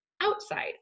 outside